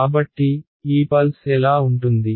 కాబట్టి ఈ పల్స్ ఎలా ఉంటుంది